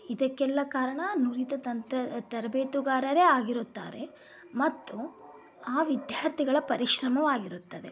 ಇದಕ್ಕೆಲ್ಲ ಕಾರಣ ನುರಿತ ತಂತ್ರ ತರಬೇತುದಾರರೇ ಆಗಿರುತ್ತಾರೆ ಮತ್ತು ಆ ವಿದ್ಯಾರ್ಥಿಗಳ ಪರಿಶ್ರಮವಾಗಿರುತ್ತದೆ